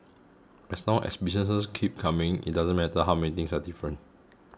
as long as business keeps coming it doesn't matter how many things are different